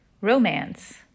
romance